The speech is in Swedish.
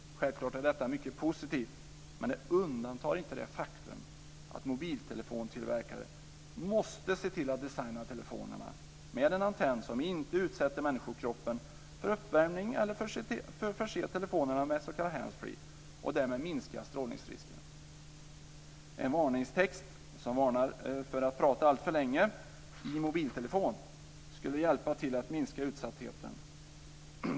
Självklart är detta mycket positivt men det undantar inte det faktum att mobiltelefontillverkare måste se till att telefonerna designas med en antenn som inte utsätter människokroppen för uppvärmning eller att telefonerna förses med s.k. handsfree för att därmed minska strålningsrisken. En text som varnar för att prata alltför länge i mobiltelefonen skulle vara till hjälp när det gäller att minska utsattheten.